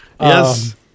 Yes